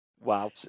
Wow